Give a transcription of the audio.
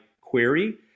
query